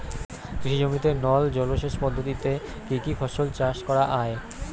কৃষি জমিতে নল জলসেচ পদ্ধতিতে কী কী ফসল চাষ করা য়ায়?